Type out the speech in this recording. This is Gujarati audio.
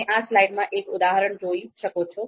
તમે આ સ્લાઇડમાં એક ઉદાહરણ જોઈ શકો છો